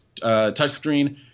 touchscreen